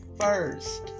first